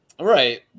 right